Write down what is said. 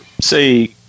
say